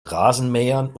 rasenmähern